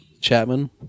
Chapman